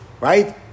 right